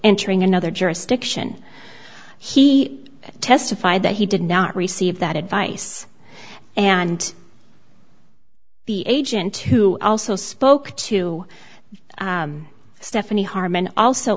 entering another jurisdiction he testified that he did not receive that advice and the agent who also spoke to stephanie harmon also